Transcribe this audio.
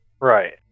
Right